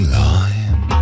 line